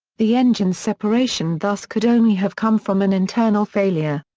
the engine separation thus could only have come from an internal failure.